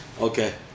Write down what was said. Okay